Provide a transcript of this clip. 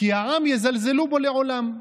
כי העם יזלזלו בו לעולם.